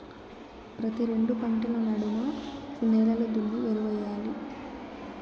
ప్రతి రెండు పంటల నడమ నేలలు దున్ని ఎరువెయ్యాలి